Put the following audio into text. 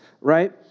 Right